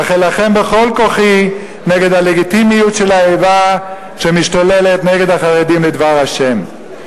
אך אלחם בכל כוחי נגד הלגיטימיות של האיבה שמשתוללת נגד החרדים לדבר ה'.